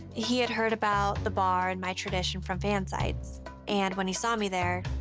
he had heard about the bar and my tradition from fan sites and when he saw me there,